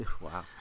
Wow